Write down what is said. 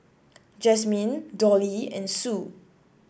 Jazmine Dolly and Sue